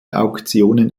auktionen